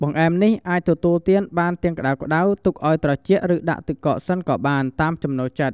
បង្អែមនេះអាចទទួលទានបានទាំងក្ដៅៗ ទុកឱ្យត្រជាក់ ឬដាក់ទឹកកកសិនក៏បាន តាមចំណូលចិត្ត។